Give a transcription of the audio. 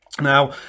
Now